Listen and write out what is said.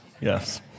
yes